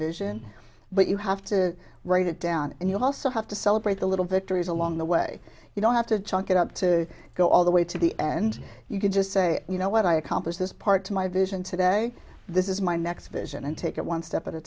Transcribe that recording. vision but you have to write it down and you also have to celebrate the little victories along the way you don't have to chalk it up to go all the way to the end you can just say you know what i accomplished this part to my vision today this is my next vision and take it one step at a